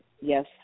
yes